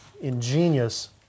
ingenious